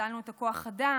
הגדלנו את כוח האדם,